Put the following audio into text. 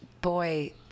boy